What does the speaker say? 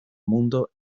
mundo